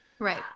Right